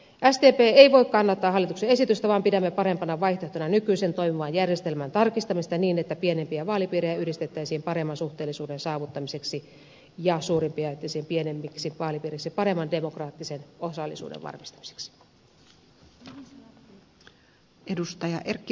sdp ei voi kannattaa hallituksen esitystä vaan pidämme parempana vaihtoehtona nykyisen toimivan järjestelmän tarkistamista niin että pienempiä vaalipiirejä yhdistettäisiin paremman suhteellisuuden saavuttamiseksi ja suurempia jaettaisiin pienemmiksi vaalipiireiksi paremman demokraattisen osallisuuden varmistamiseksi